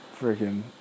freaking